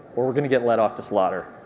we're we're going to get led off to slaughter.